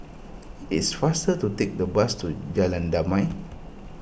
it is faster to take the bus to Jalan Damai